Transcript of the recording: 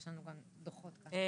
בבקשה.